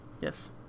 Yes